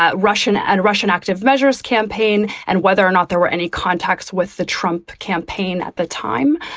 ah russian and russian active measures campaign and whether or not there were any contacts with the trump campaign at the time.